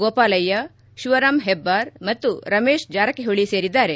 ಗೋಪಾಲಯ್ಯ ಶಿವರಾಂ ಹೆಬ್ಬಾರ್ ಮತ್ತು ರಮೇಶ್ ಜಾರಕಿಹೊಳಿ ಸೇರಿದ್ದಾರೆ